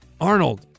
Arnold